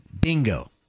Bingo